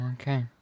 Okay